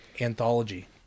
anthology